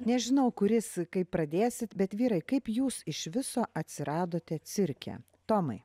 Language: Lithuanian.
nežinau kuris kaip pradėsit bet vyrai kaip jūs iš viso atsiradote cirke tomai